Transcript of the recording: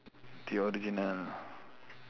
the original